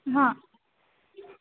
हां